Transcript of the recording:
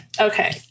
Okay